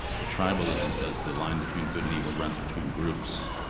but tribalism says, the line between good and evil runs between groups.